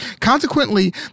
Consequently